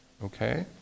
Okay